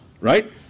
Right